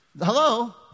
Hello